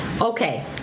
Okay